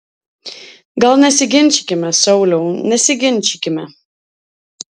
gal nesiginčykime sauliau nesiginčykime